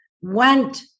went